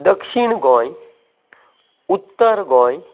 दक्षिण गोंय उत्तर गोंय